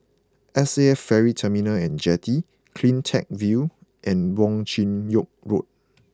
S A F Ferry Terminal and Jetty Cleantech View and Wong Chin Yoke Road